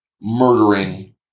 murdering